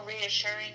reassuring